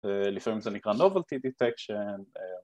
לפעמים זה נקרא novelty detection